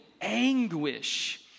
anguish